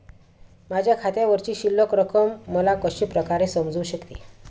माझ्या खात्यावरची शिल्लक रक्कम मला कशा प्रकारे समजू शकते?